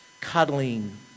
cuddling